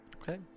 Okay